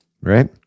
right